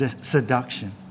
seduction